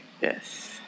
Yes